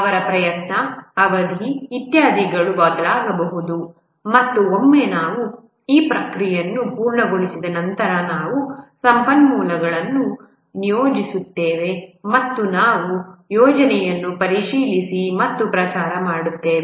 ಅವರ ಪ್ರಯತ್ನ ಅವಧಿ ಇತ್ಯಾದಿಗಳು ಬದಲಾಗಬಹುದು ಮತ್ತು ಒಮ್ಮೆ ನಾವು ಈ ಪ್ರಕ್ರಿಯೆಯನ್ನು ಪೂರ್ಣಗೊಳಿಸಿದ ನಂತರ ನಾವು ಸಂಪನ್ಮೂಲಗಳನ್ನು ನಿಯೋಜಿಸುತ್ತೇವೆ ಮತ್ತು ನಾವು ಯೋಜನೆಯನ್ನು ಪರಿಶೀಲಿಸಿ ಮತ್ತು ಪ್ರಚಾರ ಮಾಡುತ್ತೇವೆ